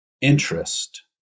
interest